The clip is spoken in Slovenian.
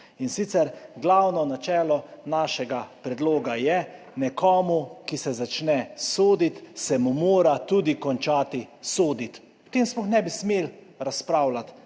In sicer, glavno načelo našega predloga je, nekomu, ki se me začne soditi, se mu mora tudi končati soditi. O tem sploh ne bi smeli razpravljati